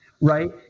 right